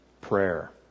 prayer